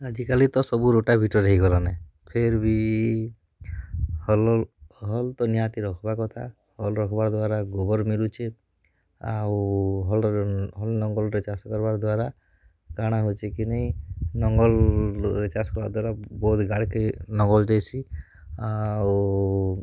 ଆଜିକାଲି ତ ସବୁ ରୋଟାଭିଟର ହେଇଗଲାନେ ଫିର୍ବି ହଲ ହଲ ତ ନିହାତି ରଖବା କଥା ହଲ ରଖବା ଦ୍ୱାରା ଗୋବର ମିଲୁଛେ ଆଉ ହଲର ହଲ ଲଙ୍ଗଲରେ ଚାଷ ହେବା ଦ୍ୱାରା କାଣା ହଉଛି କି ନେଇଁ ଲଙ୍ଗଲରେ ଚାଷ କରବା ଦ୍ୱାରା ବହୁତ ଗାଡ଼ିକି ଲଙ୍ଗଲ ଦେଇଶି ଆଉ